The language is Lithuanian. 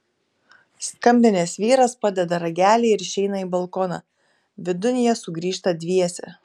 skambinęs vyras padeda ragelį ir išeina į balkoną vidun jie sugrįžta dviese